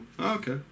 Okay